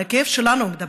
על הכאב שלנו הוא מדבר,